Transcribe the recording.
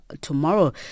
tomorrow